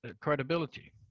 credibility